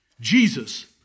Jesus